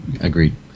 agreed